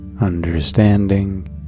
understanding